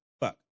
Fuck